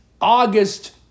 August